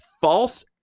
false